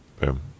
Boom